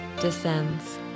Descends